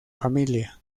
familia